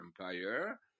Empire